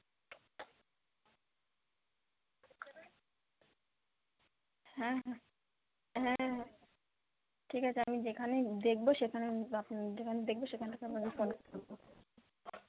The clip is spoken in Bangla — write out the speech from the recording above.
হ্যাঁ হ্যাঁ হ্যাঁ ঠিক আছে আমি যেখানেই দেখবো সেখানে আপ যেখানে দেখবো সেখান থেকে আপনাকে ফোন করে দেবো